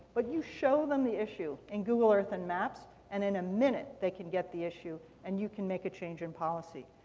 but you show them the issue in google earth and maps, and in a minute, they can get the issue, and you can make a change in policy.